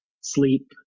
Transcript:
sleep